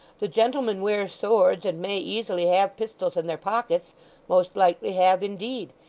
the gentlemen wear swords, and may easily have pistols in their pockets most likely have, indeed.